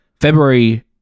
February